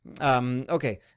Okay